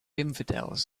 infidels